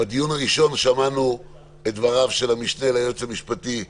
בדיון הראשון שמענו את דבריו של המשנה ליועץ המשפטי לממשלה,